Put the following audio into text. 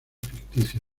ficticio